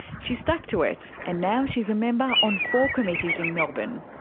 she stuck to it, and now she's a member on four committees in melbourne.